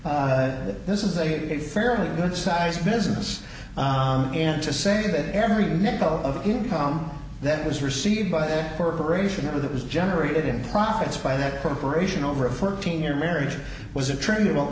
that this is a fairly good sized business and to say that every nickel of income that was received by a corporation or that was generated in profits by that corporation over a fourteen year marriage was a tr